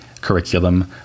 curriculum